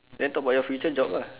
then talk about your future job lah